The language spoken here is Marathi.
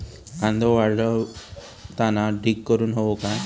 कांदो वाळवताना ढीग करून हवो काय?